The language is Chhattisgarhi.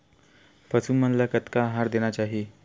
पशु मन ला कतना आहार देना चाही?